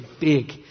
big